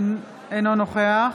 אינו נוכח